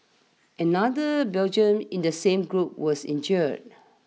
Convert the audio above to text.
another Belgian in the same group was injured